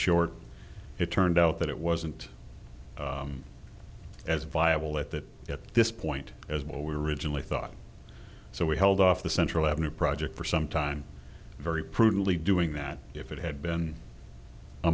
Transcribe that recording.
short it turned out that it wasn't as viable at that at this point as well we originally thought so we held off the central avenue project for some time very prudently doing that if it had been a